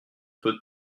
peut